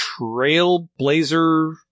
trailblazer